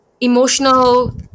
emotional